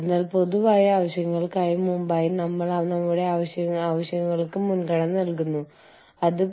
അതിനർത്ഥം നിങ്ങൾ ഒരേ കാര്യം അതേ രീതിയിൽ സേവിക്കുന്നു എന്നാണ്